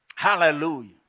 Hallelujah